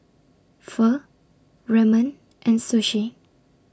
Pho Ramen and Sushi